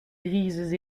grises